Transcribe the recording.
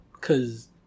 Cause